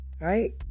right